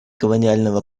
колониального